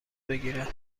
بگیرد